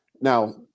Now